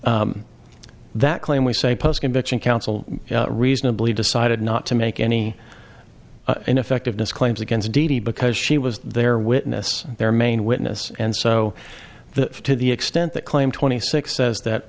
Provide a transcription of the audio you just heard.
that claim we say post conviction counsel reasonably decided not to make any ineffectiveness claims against d d because she was their witness their main witness and so the to the extent that claim twenty six says that